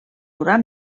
durar